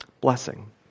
blessing